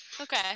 Okay